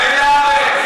שטינקר,